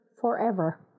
forever